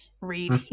read